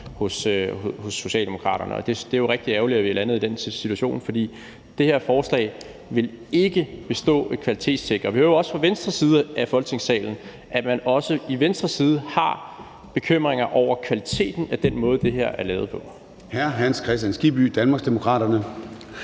hos Socialdemokraterne. Det er jo rigtig ærgerligt, at vi er landet i den situation, for det her forslag vil ikke bestå et kvalitetstjek. Vi hører jo også fra den venstre side i Folketingssalen, at man også der har bekymringer over kvaliteten af den måde, det her er lavet på.